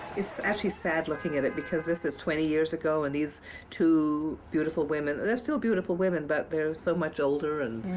it's actually sad, looking at it, because this is twenty years ago, and these two beautiful women they're still beautiful women, but they're so much older and